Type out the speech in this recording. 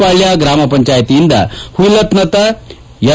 ಪಾಳ್ನ ಗ್ರಾಮ ಪಂಚಾಯಿತಿಯಿಂದ ಪುಯಿಲ್ವತ ಎಂ